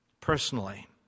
personally